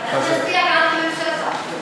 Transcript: נצביע בעד הממשלה.